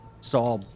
saw